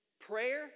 Prayer